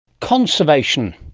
conservation.